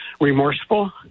remorseful